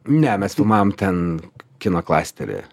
ne mes filmavom ten kino klastery